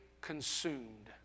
consumed